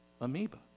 amoeba